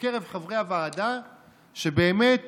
בקרב חברי הוועדה שצריך